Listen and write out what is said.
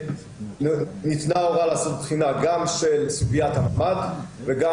ולכן ניתנה הוראה לעשות בחינה גם של סוגיית הממ"ד וגם